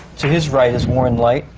to his right is warren leight,